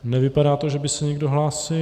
Nevypadá to, že by se někdo hlásil.